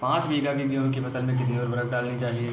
पाँच बीघा की गेहूँ की फसल में कितनी उर्वरक डालनी चाहिए?